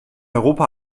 europa